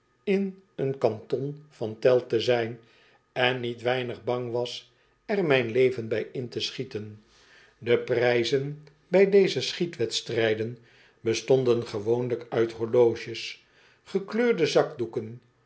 in een canton van teil te zijn en niet weinig bang was er mijn leven bij in te schieten de prijzen bij deze schietwed strijd en bestonden gewoonlijk uit horloges gekleurde zakdoeken